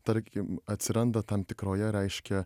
tarkim atsiranda tam tikroje reiškia